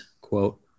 quote